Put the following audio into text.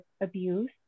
abuse